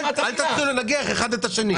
אל תנגחו אחד את השני.